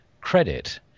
credit